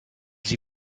sie